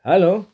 hello